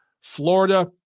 Florida